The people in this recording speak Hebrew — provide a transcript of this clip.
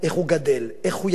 איך הוא יגיע להישגים,